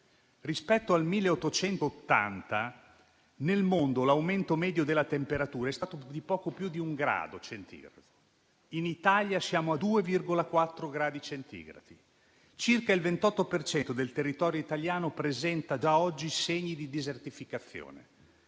rispetto al 1880, nel mondo l'aumento medio della temperatura è stato di poco più di un grado centigrado, mentre in Italia siamo a 2,4 gradi centigradi in più; circa il 28 per cento del territorio italiano presenta già oggi segni di desertificazione